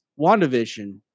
WandaVision